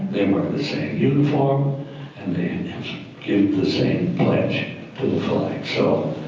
they wear the same uniforms and they give the same pledge to the flag. so